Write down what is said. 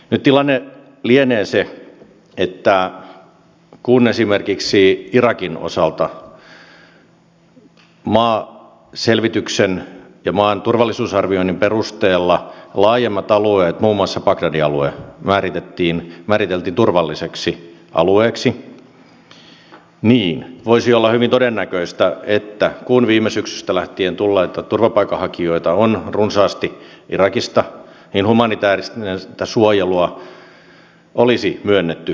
nyt tilanne lienee se että kun esimerkiksi irakin osalta maaselvityksen ja maan turvallisuusarvioinnin perusteella laajemmat alueet muun muassa bagdadin alue määriteltiin turvalliseksi alueeksi niin voisi olla hyvin todennäköistä että kun viime syksystä lähtien tulleita turvapaikanhakijoita on runsaasti irakista niin humanitäärista suojelua olisi myönnetty enemmän